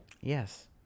Yes